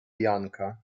janka